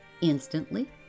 instantly